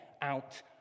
out